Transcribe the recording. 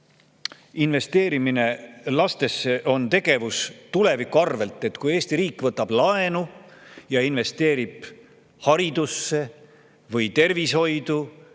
investeerimine lastesse on tegevus tuleviku arvelt. Et kui Eesti riik võtab laenu ja investeerib haridusse või tervishoidu